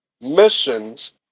missions